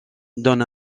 donne